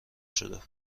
شده